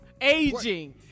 aging